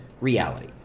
reality